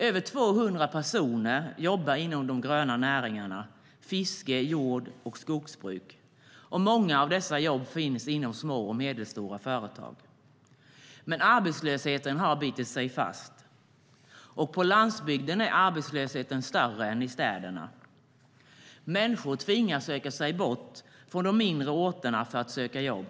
Över 200 000 personer jobbar inom de gröna näringarna fiske, jordbruk och skogsbruk. Många av dessa jobb finns inom små och medelstora företag. Men arbetslösheten har bitit sig fast. På landsbygden är arbetslösheten större än i städerna. Människor tvingas söka sig bort från de mindre orterna för att söka jobb.